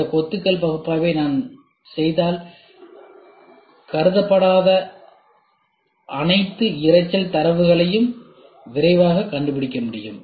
இந்த கொத்துக்கள் பகுப்பாய்வை நான் செய்தால்கருதப்படக்கூடாத அனைத்து இரைச்சல் தரவுகளையும் விரைவாக கண்டுபிடிக்க முடியும்